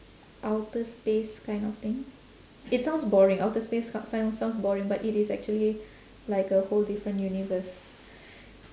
outer space kind of thing it sounds boring outer space sounds sounds boring but it is actually like a whole different universe